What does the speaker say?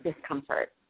discomfort